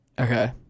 Okay